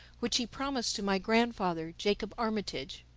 which he promised to my grandfather, jacob armitage.